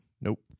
Nope